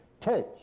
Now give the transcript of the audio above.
Touch